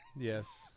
yes